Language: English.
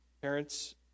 Parents